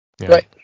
Right